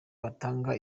batanga